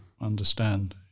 understand